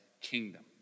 kingdom